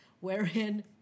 wherein